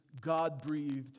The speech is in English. God-breathed